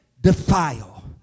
defile